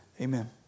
Amen